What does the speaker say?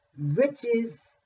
riches